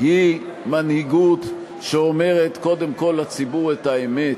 היא מנהיגות שאומרת קודם כול לציבור את האמת,